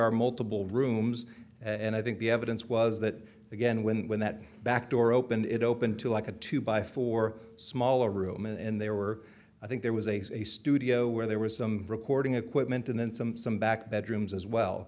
are multiple rooms and i think the evidence was that again when that back door opened it opened to like a two by four smaller room and they were i think there was a studio where there was some recording equipment and then some some back bedrooms as well